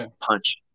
punch